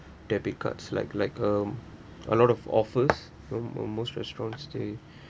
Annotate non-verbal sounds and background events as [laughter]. debit cards like like um a lot of offers you know mo~ most restaurants stay [breath]